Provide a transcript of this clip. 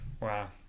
Wow